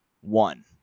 one